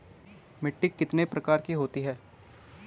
मिट्टी कितने प्रकार की होती है?